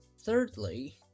thirdly